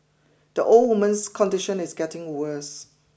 the old woman's condition is getting worse